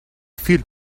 viel